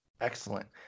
Excellent